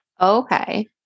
Okay